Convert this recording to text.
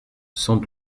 sans